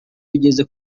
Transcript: bigeze